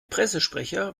pressesprecher